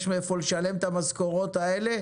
יש מאיפה לשלם את המשכורות האלה,